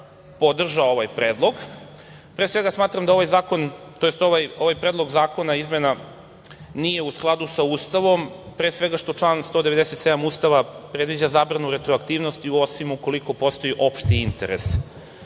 podržao ovaj predlog. Pre svega, smatram da ovaj Predlog zakona nije u skladu sa Ustavom, zato što član 197. Ustava predviđa zabranu retroaktivnosti, osim ukoliko postoji opšti interes.